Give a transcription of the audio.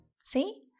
See